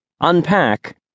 unpack